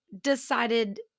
decided